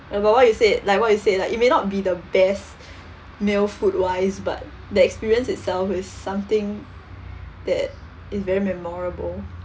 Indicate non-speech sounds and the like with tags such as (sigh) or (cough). and about what you said like what you said like it may not be the best (breath) meal food wise but that experience itself is something that is very memorable